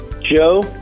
Joe